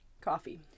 Coffee